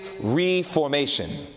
reformation